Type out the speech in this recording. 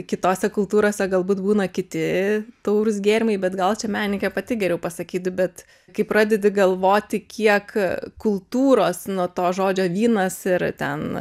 kitose kultūrose galbūt būna kiti taurūs gėrimai bet gal čia menininkė pati geriau pasakytų bet kai pradedi galvoti kiek kultūros nuo to žodžio vynas ir ten